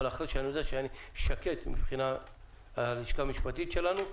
אבל אחרי שאני שקט מבחינת הלשכה המשפטית שלנו,